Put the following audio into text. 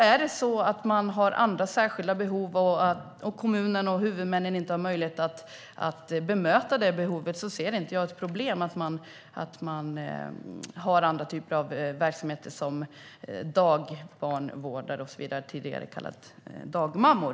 Är det så att man har särskilda behov och kommunen och huvudmännen inte har möjlighet att bemöta behoven ser jag inte något problem med andra typer av verksamheter som dagbarnvårdare, tidigare kallade dagmammor.